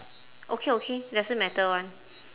okay okay doesn't matter [one]